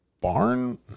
Barn